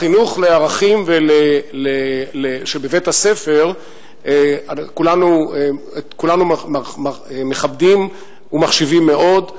את החינוך לערכים שבבית-הספר כולנו מכבדים ומחשיבים מאוד.